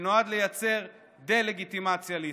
שנועד לייצר דה-לגיטימציה לישראל.